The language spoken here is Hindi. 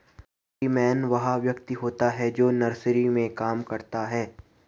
नर्सरीमैन वह व्यक्ति होता है जो नर्सरी में काम करता है